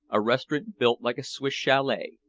a restaurant built like a swiss chalet,